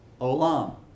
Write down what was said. olam